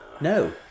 No